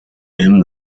him